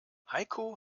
heiko